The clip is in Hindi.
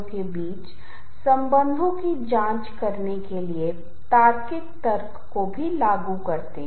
इसलिए तकनीकीता के बाद हमें यह समझने की जरूरत है कि हम आम तौर पर ध्वनि को कैसे देखते हैं हम आम तौर पर ध्वनि का पता कैसे लगाते हैं